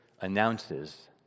announces